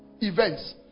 events